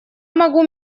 могу